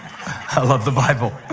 i love the bible.